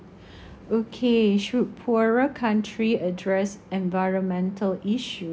okay should poorer country address environmental issue